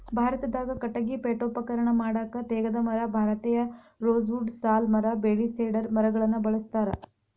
ಭಾರತದಾಗ ಕಟಗಿ ಪೇಠೋಪಕರಣ ಮಾಡಾಕ ತೇಗದ ಮರ, ಭಾರತೇಯ ರೋಸ್ ವುಡ್ ಸಾಲ್ ಮರ ಬೇಳಿ ಸೇಡರ್ ಮರಗಳನ್ನ ಬಳಸ್ತಾರ